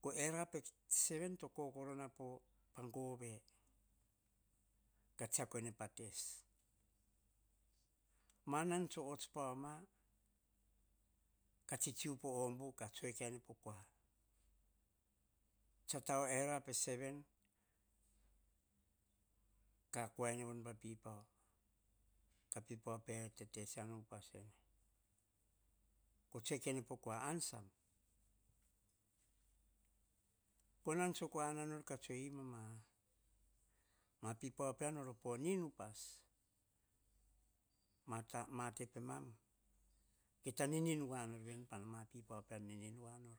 po era pe seven to kokorona pa gove, ke tsiako ne pa tes. Ma nan tsa ots pau ma, ka tsi tsiu po ombu, ko ena pe seven to kokorona pa gove, ka tsiakuene pa tes. Ma nan tso ots pau ma, ka tsi tsiu po ombu, ka tsue kane po kua, tsa tau o era pe seven ka kuia ene pa pipau, ka pipau pe teteisiana upas sen. Ko tsue kane po kua, an sam. Po nan tso kua anan nor, ma pipau pean voro nin upas. Ma te pemam, kita nin nin wa nor veni. Pa ma pipau pean nin nin wa nor.